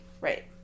Right